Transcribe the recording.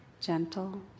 gentle